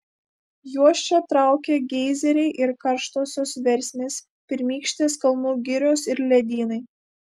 juos čia traukia geizeriai ir karštosios versmės pirmykštės kalnų girios ir ledynai